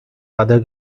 other